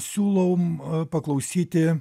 siūlom paklausyti